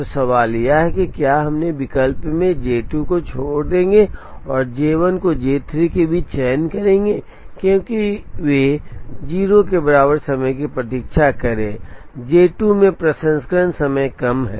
तो सवाल यह है कि क्या हम विकल्प में J 2 को छोड़ देंगे और J 1 और J 3 के बीच चयन करेंगे क्योंकि वे 0 के बराबर समय की प्रतीक्षा कर रहे हैं J 2 में प्रसंस्करण समय कम है